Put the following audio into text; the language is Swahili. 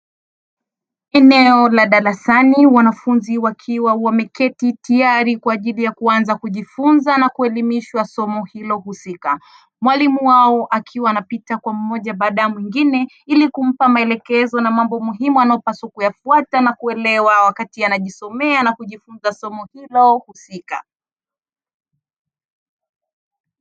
Eneo la darasani wanafunzi wakiwa wameketi tayari kwa ajili ya kuanza kujifunza na kuelimishwa somo hilo husika. Mwalimu wao akiwa anapita kwa mmoja baada ya mwingine ili kumpa maelekezo na mambo muhimu anayopaswa kuyafuata na kuelewa wakati anajisomea na kujifunza somo hilo husika.